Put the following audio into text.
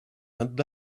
had